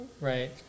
right